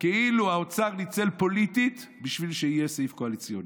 כאילו האוצר ניצל פוליטית בשביל שיהיה סעיף קואליציוני.